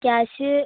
cash